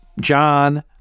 John